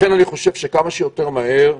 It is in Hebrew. חושב שכמה שיותר צריך